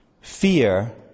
Fear